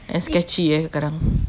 and sketchy sekarang